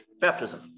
baptism